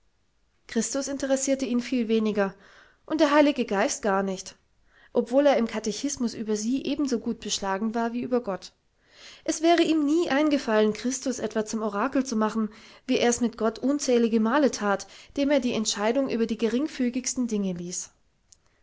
christus interessierte ihn viel weniger und der heilige geist gar nicht obwohl er im katechismus über sie ebensogut beschlagen war wie über gott es wäre ihm nie eingefallen christus etwa zum orakel zu machen wie ers mit gott unzählige male that dem er die entscheidung über die geringfügigsten dinge ließ